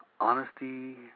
Honesty